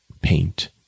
paint